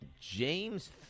James